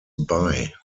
bei